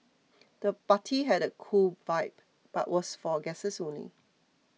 the party had a cool vibe but was for guests only